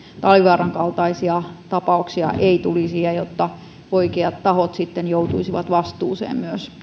talvivaaran kaltaisia tapauksia ei tulisi ja että oikeat tahot sitten myös joutuisivat vastuuseen